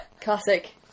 Classic